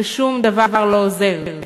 ושום דבר לא עוזר.